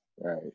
right